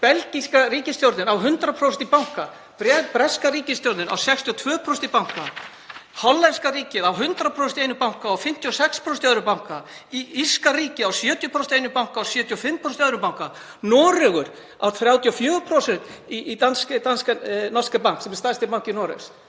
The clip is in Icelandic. Belgíska ríkisstjórnin á 100% í banka, breska ríkisstjórnin á 62% í banka, hollenska ríkið á 100% í einum banka og 56% í öðrum banka, írska ríkið á 70% í einum banka og 75% í öðrum, Noregur á 34% í Norges Bank, sem er stærsti banki Noregs.